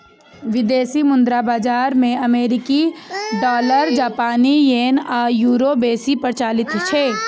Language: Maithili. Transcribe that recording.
विदेशी मुद्रा बाजार मे अमेरिकी डॉलर, जापानी येन आ यूरो बेसी प्रचलित छै